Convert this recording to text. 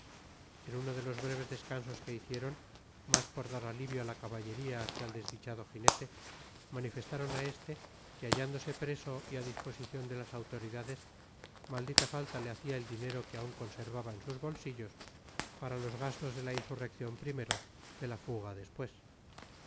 en uno de los breves descansos que hicieron más por dar alivio a la caballería que al desdichado jinete manifestaron a éste que hallándose preso y a disposición de las autoridades maldita falta le hacía el dinero que aún conservaba en sus bolsillos para los gastos de la insurrección primero de la fuga después